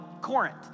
Corinth